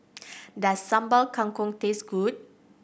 does Sambal Kangkong taste good